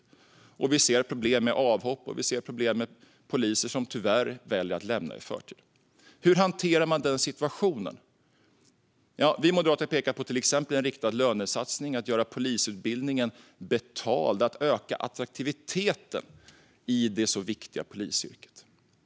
Vi ser dessutom problem med avhopp och med poliser som tyvärr väljer att lämna sitt jobb i förtid. Hur hanterar man den situationen? Vi moderater pekar till exempel på en riktad lönesatsning - på att göra polisutbildningen betald och på att öka attraktiviteten i det så viktiga polisyrket.